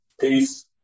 peace